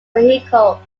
vehicle